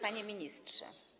Panie Ministrze!